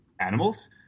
animals